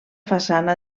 façana